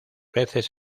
veces